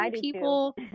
people